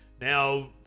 Now